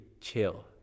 chill